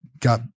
got